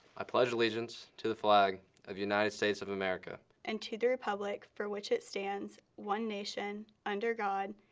i pledge allegiance to the flag of united states of america and to the republic for which it stands. one nation, under god,